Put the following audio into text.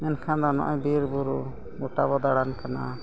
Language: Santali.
ᱢᱮᱱᱠᱷᱟᱱ ᱫᱚ ᱱᱚᱜᱼᱚᱭ ᱵᱤᱨᱼᱵᱩᱨᱩ ᱜᱚᱴᱟ ᱵᱚᱱ ᱫᱟᱲᱟᱱ ᱠᱟᱱᱟ